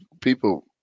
people